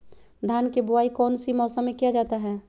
धान के बोआई कौन सी मौसम में किया जाता है?